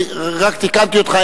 רק תיקנתי אותך,